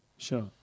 Sure